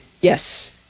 Yes